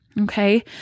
Okay